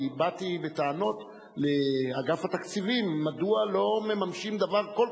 כי באתי בטענות לאגף התקציבים מדוע לא מממשים דבר כל